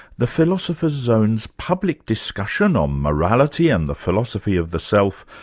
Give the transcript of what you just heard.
the philosopher's zone's public discussion on morality and the philosophy of the self,